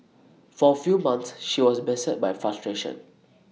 for A few months she was beset by frustration